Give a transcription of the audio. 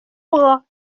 bras